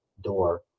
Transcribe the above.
door